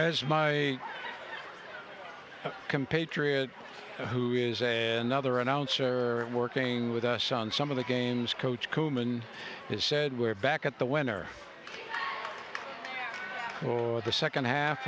has my compatriot who is a nother announcer and working with us on some of the games coach coleman has said we're back at the winner for the second half